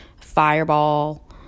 fireball